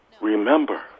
remember